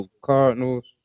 Cardinals